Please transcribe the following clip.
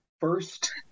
First